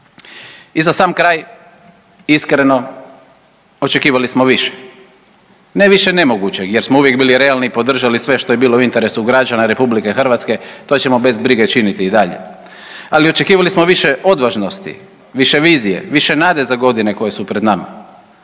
I za sam kraj, iskreno očekivali smo više, ne više nemoguće jer smo uvijek bili realni i podržali sve što je bilo u interesu građana RH to ćemo bez brige činiti i dalje, ali očekivali smo više odvažnosti, više vizije, više nade za godine koje su pred nama,